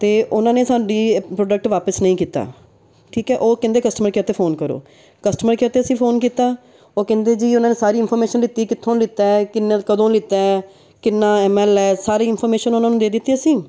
ਅਤੇ ਉਹਨਾਂ ਨੇ ਸਾਡੀ ਪ੍ਰੋਡਕਟ ਵਾਪਸ ਨਹੀਂ ਕੀਤਾ ਠੀਕ ਹੈ ਉਹ ਕਹਿੰਦੇ ਕਸਟਮਰ ਕੇਅਰ 'ਤੇ ਫ਼ੋਨ ਕਰੋ ਕਸਟਮਰ ਕੇਅਰ 'ਤੇ ਅਸੀਂ ਫ਼ੋਨ ਕੀਤਾ ਉਹ ਕਹਿੰਦੇ ਜੀ ਉਹਨਾਂ ਨੇ ਸਾਰੀ ਇਨਫੋਰਮੇਸ਼ਨ ਦਿੱਤੀ ਕਿੱਥੋਂ ਲਿਤਾ ਹੈ ਕਿੰਨਰ ਕਦੋਂ ਲਿੱਤਾ ਹੈ ਕਿੰਨਾ ਐੱਮ ਐੱਲ ਹੈ ਸਾਰੀ ਇਨਫੋਰਮੇਸ਼ਨ ਉਹਨਾਂ ਨੂੰ ਦੇ ਦਿੱਤੀ ਅਸੀਂ